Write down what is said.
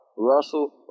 Russell